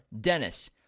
Dennis